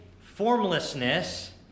formlessness